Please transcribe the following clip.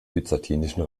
byzantinischen